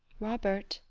robert,